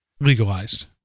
legalized